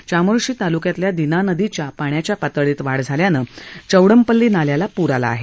चामोर्शी तालुक्यात दिना नदीच्या पाण्याच्या पातळीत वाढ झाल्यानं चौडमपल्ली नाल्याला पूर आला आहे